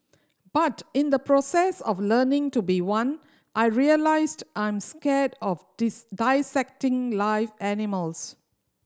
but in the process of learning to be one I realised I'm scared of dissecting live animals